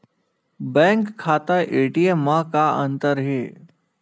Bank खाता ATM मा का अंतर हे?